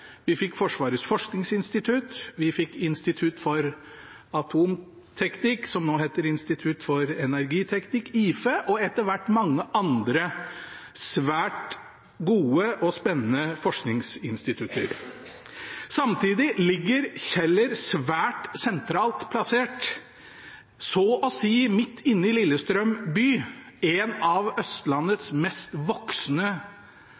Vi fikk Forsvarets forskningsinstitutt, vi fikk Institutt for Atomenergi, som nå heter Institutt for energiteknikk, IFE, og etter hvert mange andre svært gode og spennende forskningsinstitutter. Samtidig ligger Kjeller svært sentralt plassert, så å si midt inne i Lillestrøm by, en av